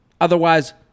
Otherwise